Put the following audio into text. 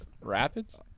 rapids